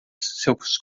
seus